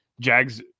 Jags